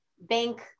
bank